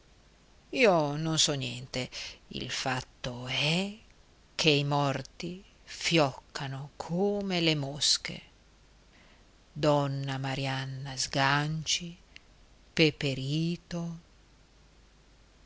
io non so niente il fatto è che i morti fioccano come le mosche donna marianna sganci peperito